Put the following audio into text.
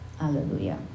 hallelujah